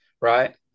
right